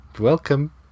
welcome